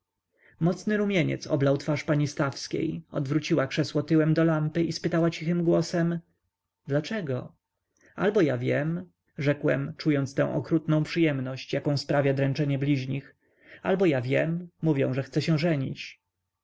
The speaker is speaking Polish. mocny rumieniec oblał twarz pani stawskiej odwróciła krzesło tyłem do lampy i spytała cichym głosem dlaczego albo ja wiem rzekłem czując tę okrutną przyjemność jaką sprawia dręczenie bliźnich albo ja wiem mówią że chce się żenić